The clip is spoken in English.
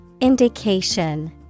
Indication